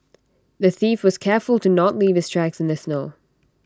the thief was careful to not leave his tracks in the snow